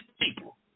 people